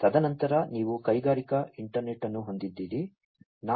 ತದನಂತರ ನೀವು ಕೈಗಾರಿಕಾ ಇಂಟರ್ನೆಟ್ ಅನ್ನು ಹೊಂದಿದ್ದೀರಿ